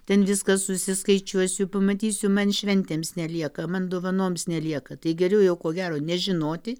ten viską susiskaičiuosiu pamatysiu man šventėms nelieka man dovanoms nelieka tai geriau jau ko gero nežinoti